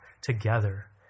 together